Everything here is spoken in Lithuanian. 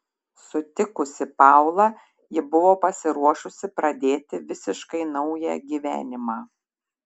sutikusi paulą ji buvo pasiruošusi pradėti visiškai naują gyvenimą